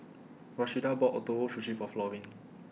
Rashida bought Ootoro Sushi For Florine